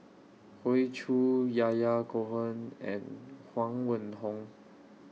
Hoey Choo Yahya Cohen and Huang Wenhong